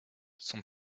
son